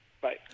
Bye